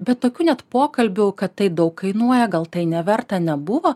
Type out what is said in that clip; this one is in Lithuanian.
bet tokių net pokalbių kad tai daug kainuoja gal tai neverta nebuvo